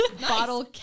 bottle